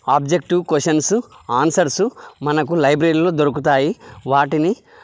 objective questions answers మనకు లైబ్రరీలో దొరుకుతాయి వాటిని